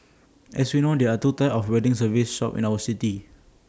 as we know there are two types of wedding service shops in our city